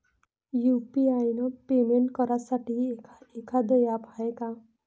UPI payment करासाठी एखांद app हाय का?